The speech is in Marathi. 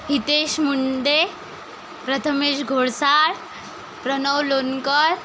हितेश मुंदे प्रथमेश घोडसाळ प्रणव लोणकर